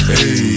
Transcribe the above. Hey